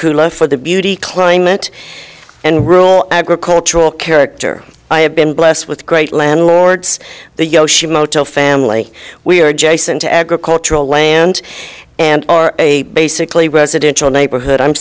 cooler for the beauty climate and rural agricultural character i have been blessed with great landlords the yoshi motel family we are jason to agricultural land and are a basically residential neighborhood i'm